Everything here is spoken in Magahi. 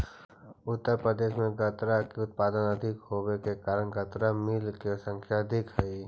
उत्तर प्रदेश में गन्ना के उत्पादन अधिक होवे के कारण गन्ना मिलऽ के संख्या अधिक हई